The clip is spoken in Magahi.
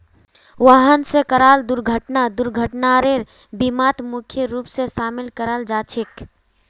वाहन स कराल दुर्घटना दुर्घटनार बीमात मुख्य रूप स शामिल कराल जा छेक